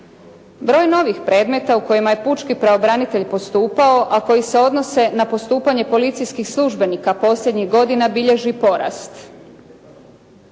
Broj novih predmeta u kojima je pučki pravobranitelj postupao, a koji se odnose na postupanje policijskih službenika posljednjih godina bilježi porast.